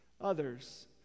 others